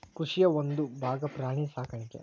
ಕೃಷಿಯ ಒಂದುಭಾಗಾ ಪ್ರಾಣಿ ಸಾಕಾಣಿಕೆ